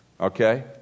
Okay